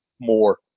more